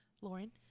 Lauren